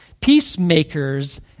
Peacemakers